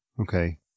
okay